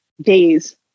days